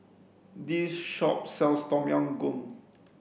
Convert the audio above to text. this shop sells Tom Yam Goong